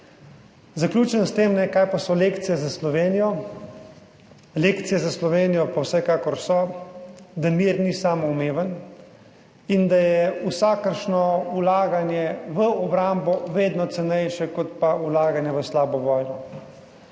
Zaključim s tem, kaj pa so lekcije za Slovenijo? Lekcije za Slovenijo pa vsekakor so, da mir ni samoumeven in da je vsakršno vlaganje v obrambo vedno cenejše kot pa vlaganje v slabo vojno.